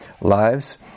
lives